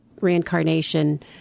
reincarnation